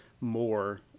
more